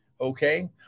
okay